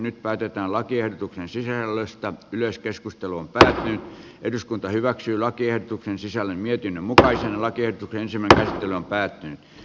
nyt päätetään lakiehdotuksen sisällöstä yleiskeskustelun tänään eduskunta hyväksyi lakiehdotuksen sisällön myytin mutkaisella kieputti ensimmäisenä yle on päättynyt